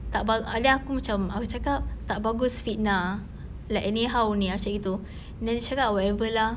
tak ba~ then aku macam aku cakap tak bagus fitnah like anyhow only aku cakap gitu then dia cakap whatever lah